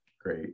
great